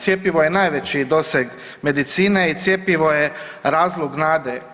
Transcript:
Cjepivo je najveći doseg medicine i cjepivo je razlog nade.